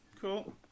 Cool